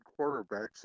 quarterbacks